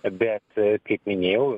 bet kaip minėjau